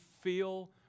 feel